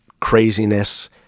craziness